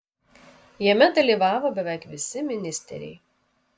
jame dalyvavo beveik visi ministeriai